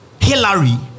Hillary